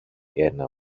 ένα